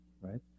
right